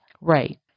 Right